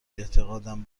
اعتقادم